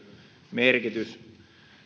merkitys